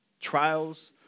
Trials